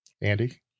Andy